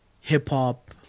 hip-hop